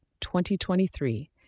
2023